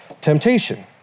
temptation